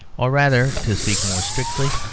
or rather, to speak more strictly,